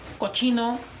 cochino